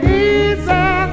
easy